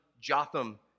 Jotham